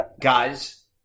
guys